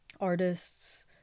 artists